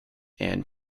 and